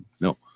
no